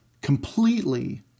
completely